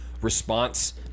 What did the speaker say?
response